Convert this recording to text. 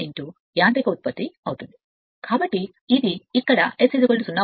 కాబట్టి ఇది ఇక్కడ S 0